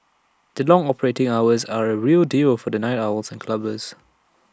their long operating hours are A real deal for the night owls and clubbers